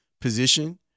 position